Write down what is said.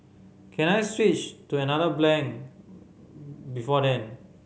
can I switch to another blank before then